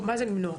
מה זה למנוע,